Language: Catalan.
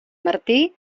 martí